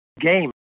game